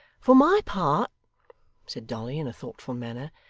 for my part said dolly, in a thoughtful manner,